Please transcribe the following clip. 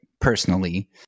personally